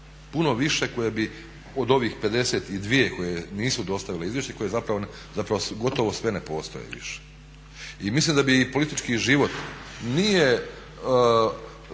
puno više koje bi od ovih 52 koje nisu dostavile izvješće i koje zapravo gotovo sve ne postoje više. I mislim da bi i politički život, nije